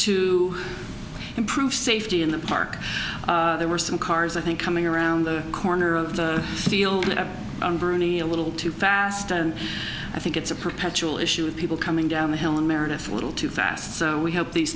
to improve safety in the park there were some cars i think coming around the corner of the field at bernie a little too fast and i think it's a perpetual issue with people coming down the hill in marin if a little too fast so we have these